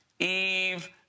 Eve